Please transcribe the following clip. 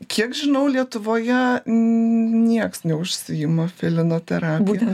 kiek žinau lietuvoje nieks neužsiima felineterapija